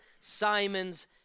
Simon's